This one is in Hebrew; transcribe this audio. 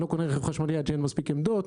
לא קונה רכב חשמלי עד שאין מספיק עמדות,